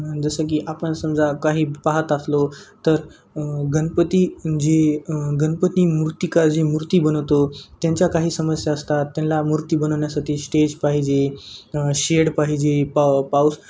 जसं की आपण समजा काही पाहात असलो तर गणपती जी गणपती मूर्तिकार जी मूर्ती बनवतो त्यांच्या काही समस्या असतात त्यांना मूर्ती बनवण्यासाठी स्टेज पाहिजे शेड पाहिजे पाव पाऊस